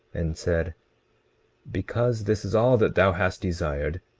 and said because this is all that thou hast desired,